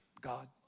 God